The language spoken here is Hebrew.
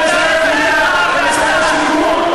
אני בעד ועדת חקירה.